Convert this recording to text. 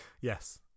Yes